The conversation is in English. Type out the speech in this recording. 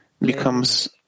becomes